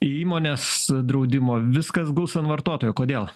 įmonės draudimo viskas guls ant vartotojo kodėl